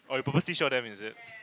orh you purposely show them is it